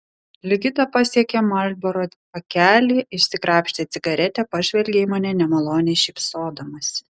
ligita pasiekė marlboro pakelį išsikrapštė cigaretę pažvelgė į mane nemaloniai šypsodamasi